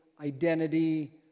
identity